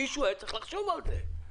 מישהו היה צריך לחשוב על זה.